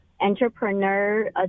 entrepreneur